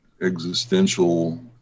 existential